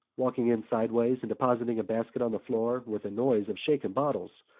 walking in sideways and depositing a basket on the floor with a noise of shaken bottles.